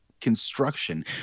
construction